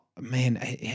man